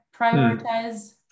prioritize